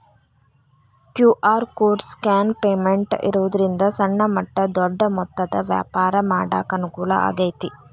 QR code scan payment ಇರೋದ್ರಿಂದ ಸಣ್ಣ ಮಟ್ಟ ದೊಡ್ಡ ಮೊತ್ತದ ವ್ಯಾಪಾರ ಮಾಡಾಕ ಅನುಕೂಲ ಆಗೈತಿ